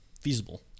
feasible